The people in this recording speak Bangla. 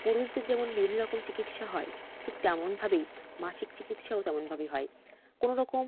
পুরুষদের যেমন বিভিন্ন রকম চিকিৎসা হয় ঠিক তেমনভাবেই মাসিক চিকিৎসাও তেমনভাবেই হয় কোনো রকম